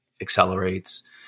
accelerates